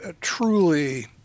truly